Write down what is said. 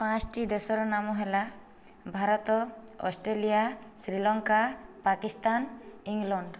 ପାଞ୍ଚଟି ଦେଶର ନାମ ହେଲା ଭାରତ ଅଷ୍ଟ୍ରେଲିଆ ଶ୍ରୀଲଙ୍କା ପାକିସ୍ତାନ ଇଂଲଣ୍ଡ